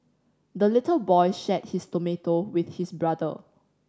the little boy shared his tomato with his brother